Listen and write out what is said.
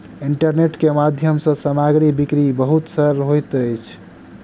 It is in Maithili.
इंटरनेट के माध्यम सँ सामग्री बिक्री बहुत सरल होइत अछि